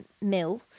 mill